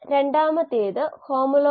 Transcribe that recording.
ഇത് മറ്റൊരു മോഡലാണ്